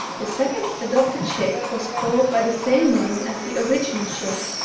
the second adopted shape was called by the same name as the original shape,